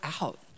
out